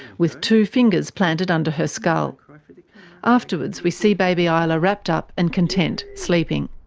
with two fingers planted under her skull. afterwards, we see baby ah isla wrapped up and content, sleeping.